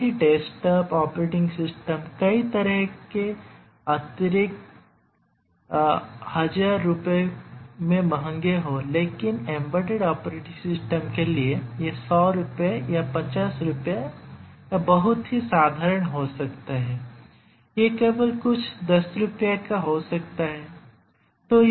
भले ही desktop operating system कई तरह के अतिरिक्त 10000 रुपयों में महंगे हों लेकिन एम्बेडेड ऑपरेटिंग सिस्टम के लिए यह 100 रुपये या 50 रुपये या बहुत ही साधारण हो सकता है यह केवल कुछ 10 रुपये का हो सकता है